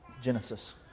Genesis